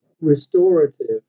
restorative